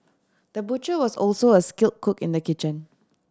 the butcher was also a skill cook in the kitchen